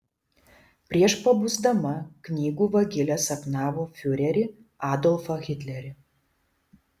prieš pabusdama knygų vagilė sapnavo fiurerį adolfą hitlerį